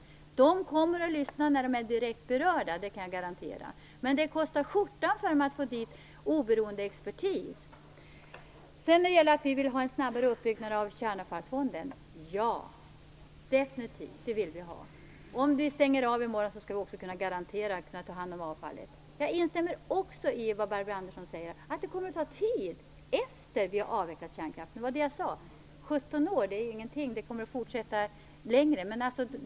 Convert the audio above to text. Människor kommer och lyssnar när de är direkt berörda. Det kan jag garantera. Men det kostar skjortan för dem att få dit oberoende expertis. Miljöpartiet vill definitivt ha en snabbare uppbyggnad av Kärnavfallsfonden. Om vi stänger av i morgon skall vi också kunna garantera att vi kan ta hand om avfallet. Jag instämmer också i det Barbro Andersson säger att det kommer att ta tid efter det att vi avvecklat kärnkraften. Det var det jag sade. 17 år är ingenting. Det kommer att fortsätta längre.